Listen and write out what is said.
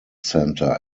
center